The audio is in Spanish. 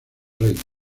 reino